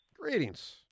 Greetings